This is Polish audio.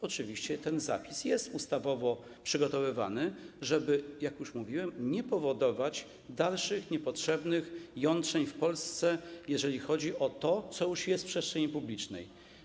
Oczywiście ten zapis ustawowy jest przygotowywany, żeby, jak już mówiłem, nie powodować dalszych niepotrzebnych jątrzeń w Polsce, jeżeli chodzi o to, co już jest w przestrzeni publicznej.